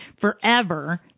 forever